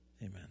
Amen